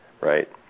right